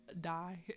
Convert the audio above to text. die